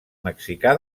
mexicà